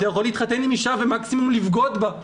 אתה יכול להתחתן עם אישה ומקסימום לבגוד בה,